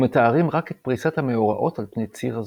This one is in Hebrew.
ומתארים רק את פריסת המאורעות על פני ציר הזמן.